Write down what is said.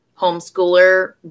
homeschooler